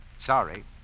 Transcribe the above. Sorry